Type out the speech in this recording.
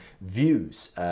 views